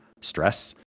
stress